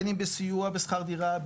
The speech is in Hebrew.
בין אם בסיוע בשכר דירה,